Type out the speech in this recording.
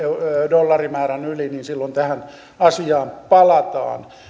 dollarimäärän yli niin silloin tähän asiaan palataan